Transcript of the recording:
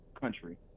country